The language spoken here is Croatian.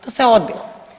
To se odbilo.